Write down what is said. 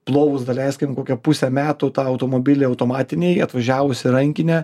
plovus daleiskim kokią pusę metų tą automobilį automatinėj atvažiavus į rankinę